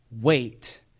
wait